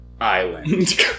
Island